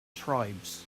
tribes